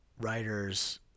writers